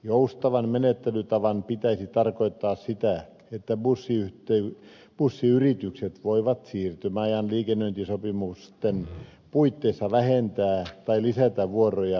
joustavan menettelytavan pitäisi tarkoittaa sitä että bussiyritykset voivat siirtymäajan liikennöintisopimusten puitteissa vähentää tai lisätä vuoroja tai reittejä